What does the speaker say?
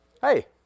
Hey